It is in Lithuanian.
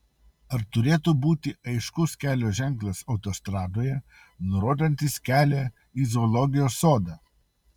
ar turėtų būti aiškus kelio ženklas autostradoje nurodantis kelią į zoologijos sodą